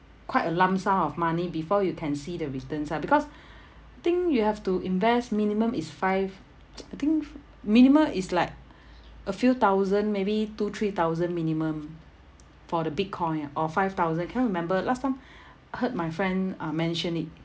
quite a lump sum of money before you can see the returns ah because I think you have to invest minimum is five I think fi~ minimum is like a few thousand maybe two three thousand minimum for the bitcoin ah or five thousand cannot remember last time I heard my friend uh mention it